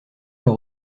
leur